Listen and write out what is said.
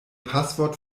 passwort